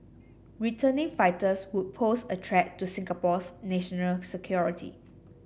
returning fighters would pose a threat to Singapore's national security